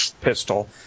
pistol